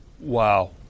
Wow